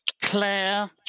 Claire